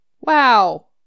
wow